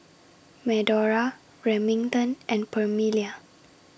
Medora Remington and Permelia